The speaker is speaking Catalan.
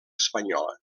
espanyola